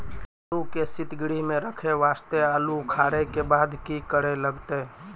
आलू के सीतगृह मे रखे वास्ते आलू उखारे के बाद की करे लगतै?